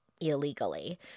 illegally